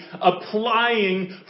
applying